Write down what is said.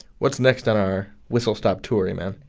what's next on our whistle stop tour, eman?